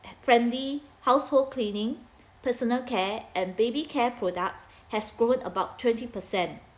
friendly household cleaning personal care and baby care products has grown about twenty percent